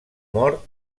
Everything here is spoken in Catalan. mort